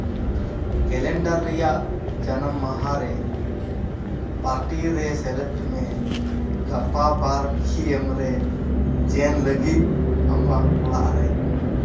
calendar ᱨᱮᱭᱟᱜ ᱡᱟᱱᱟᱢ ᱢᱟᱦᱟᱨᱮ ᱯᱟᱨᱴᱤ ᱨᱮ ᱥᱮᱞᱮᱫ ᱢᱮ ᱜᱟᱯᱟ ᱵᱟᱨ ᱯᱤᱭᱮᱢ ᱨᱮ ᱞᱟᱹᱜᱤᱫ ᱟᱢᱟᱜ ᱚᱲᱟᱜ ᱨᱮ